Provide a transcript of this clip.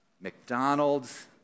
McDonald's